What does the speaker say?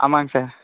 ஆமாங்க சார்